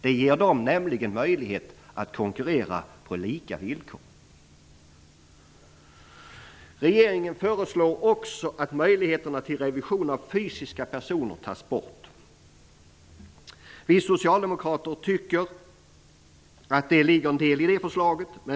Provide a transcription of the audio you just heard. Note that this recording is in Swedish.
Det ger dem möjlighet att konkurrera på lika villkor. Regeringen föreslår också att möjligheterna till revision av fysiska personer tas bort. Vi socialdemokrater tycker att det ligger en del i det förslaget.